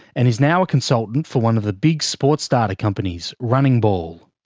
and is now a consultant for one of the big sports data companies, runningball.